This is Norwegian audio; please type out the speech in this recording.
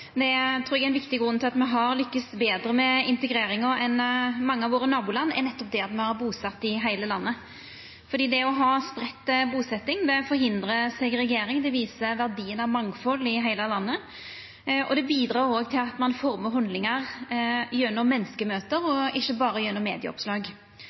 eg trur er ein viktig grunn til at me har lykkast betre med integreringa enn mange av nabolanda våre, er at me har busett dei i heile landet. Det å ha spreidd busetjing forhindrar segregering. Det viser verdien av mangfald i heile landet, og det bidreg også til at ein formar haldningar gjennom